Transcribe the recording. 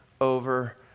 over